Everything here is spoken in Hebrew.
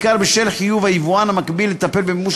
בעיקר בשל חיוב היבואן המקביל לטפל במימוש